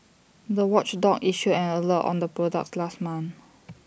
the watchdog issued an alert on the products last month